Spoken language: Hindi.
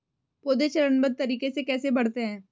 पौधे चरणबद्ध तरीके से कैसे बढ़ते हैं?